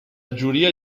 giuria